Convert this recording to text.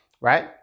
right